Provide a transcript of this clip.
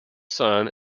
son